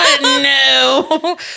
No